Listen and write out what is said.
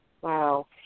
Wow